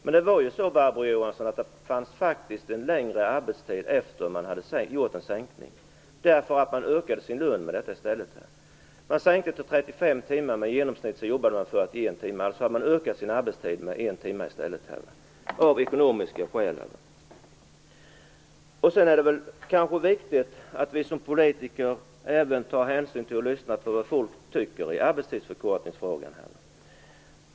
Men det var ju så, Barbro Johansson, att arbetstiden faktiskt blev längre efter att man hade infört sänkningen, eftersom man i stället höjde sin lön. Arbetstiden sänktes till 35 timmar, men den genomsnittliga arbetstiden blev 41 timmar. Därmed ökade man den ursprungliga arbetstiden med en timme, av ekonomiska skäl. Sedan är det nog viktigt att vi som politiker även tar hänsyn till och lyssnar på vad folk tycker i arbetstidsförkortningsfrågan.